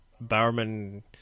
Bowerman